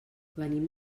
venim